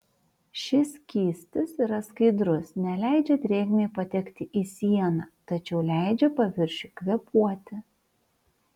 šis skystis yra skaidrus neleidžia drėgmei patekti į sieną tačiau leidžia paviršiui kvėpuoti